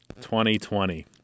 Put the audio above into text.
2020